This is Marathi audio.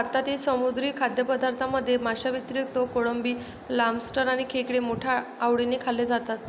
भारतातील समुद्री खाद्यपदार्थांमध्ये माशांव्यतिरिक्त कोळंबी, लॉबस्टर आणि खेकडे मोठ्या आवडीने खाल्ले जातात